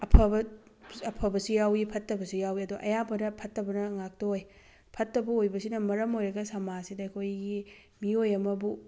ꯑꯐꯕ ꯑꯐꯕꯁꯨ ꯌꯥꯎꯋꯤ ꯐꯠꯇꯕꯁꯨ ꯌꯥꯎꯋꯤ ꯑꯗꯣ ꯑꯌꯥꯝꯕꯅ ꯐꯠꯇꯕꯅ ꯉꯥꯛꯇ ꯑꯣꯏ ꯐꯠꯇꯕ ꯑꯣꯏꯕꯁꯤꯅ ꯃꯔꯝ ꯑꯣꯏꯔꯒ ꯁꯃꯥꯖꯁꯤꯗ ꯑꯩꯈꯣꯏꯒꯤ ꯃꯤꯑꯣꯏ ꯑꯃꯕꯨ